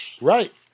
right